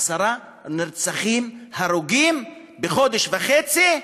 עשרה נרצחים, הרוגים, בחודש וחצי,